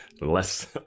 less